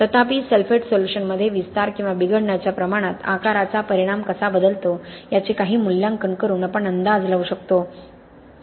तथापि सल्फेट सोल्युशनमध्ये विस्तार किंवा बिघडण्याच्या प्रमाणात आकाराचा परिणाम कसा बदलतो याचे काही मूल्यांकन करून आपण अंदाज लावू शकतो